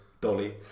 dolly